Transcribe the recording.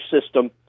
system